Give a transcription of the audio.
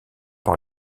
par